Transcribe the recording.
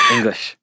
English